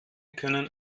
können